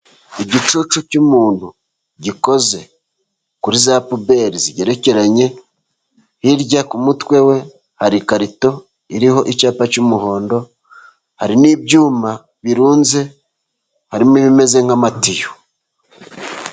Igicucu cy'umuntu gikoze kuri za puberi zigerekeranye, hirya ku mutwe we hari ikarito iriho icyapa cy'umuhondo, hari n'ibyuma birunze harimo ibimeze nk'amatiyo.